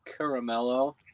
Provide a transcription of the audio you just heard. caramello